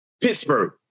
Pittsburgh